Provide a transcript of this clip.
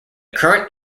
current